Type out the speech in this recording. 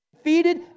defeated